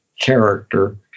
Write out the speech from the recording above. character